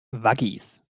waggis